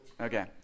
Okay